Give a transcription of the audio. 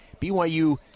BYU